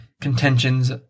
contentions